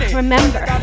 remember